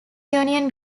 union